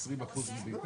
כמו שכבוד היושב ראש אמר,